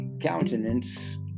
countenance